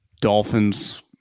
Dolphins